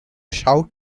shout